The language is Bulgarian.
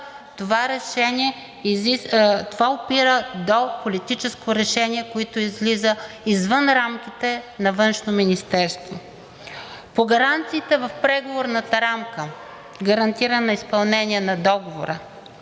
това опира до политическо решение, което излиза извън рамките на Външно министерство. По гаранциите в преговорната рамка – гарантиране изпълнението на договора.